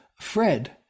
Fred